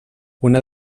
una